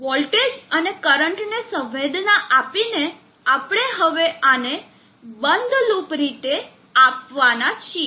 voltage અને કરંટને સંવેદના આપીને આપણે હવે આને બંધ લૂપ રીતે આપવાના છીએ